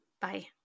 Bye